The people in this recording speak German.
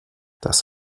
das